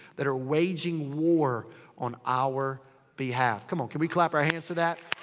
that are waging war on our behalf. come on. can we clap our hands to that?